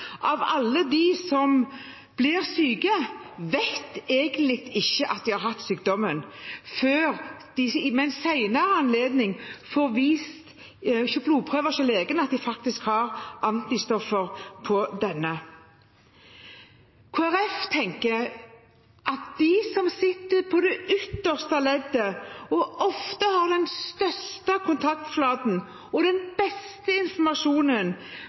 av alle som blir syke, vet egentlig ikke at de har hatt sykdommen før de ved en senere anledning får påvist ved blodprøver hos legen at de faktisk har antistoffer knyttet til denne. Kristelig Folkeparti tenker at de som sitter i det ytterste leddet og ofte har den største kontaktflaten og den beste informasjonen